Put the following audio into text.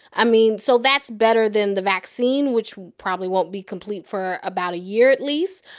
i mean, so that's better than the vaccine, which probably won't be complete for about a year at least.